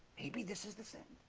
maybe this is the same